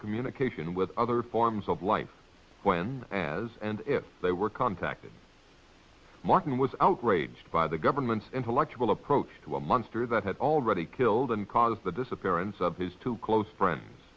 communication with other forms of light when as and they were contacted martin was outraged by the government's intellectual approach to a monster that had already killed and caused the disappearance of his two close friends